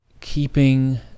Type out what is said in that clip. keeping